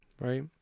right